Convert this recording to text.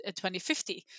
2050